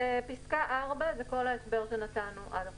פסקה 4 זה כל ההסבר שנתנו עד עכשיו.